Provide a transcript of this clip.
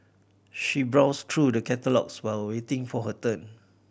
she browsed through the catalogues while waiting for her turn